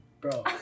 bro